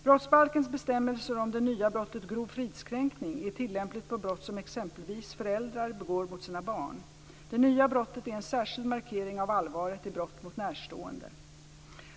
Brottsbalkens bestämmelse om det nya brottet grov fridskränkning är tillämplig på brott som exempelvis föräldrar begår mot sina barn. Det nya brottet är en särskild markering av allvaret i brott mot närstående.